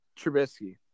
Trubisky